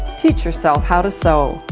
teach yourself how to sew.